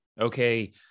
okay